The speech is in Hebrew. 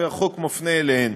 והחוק מפנה אליהן.